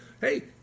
hey